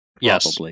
Yes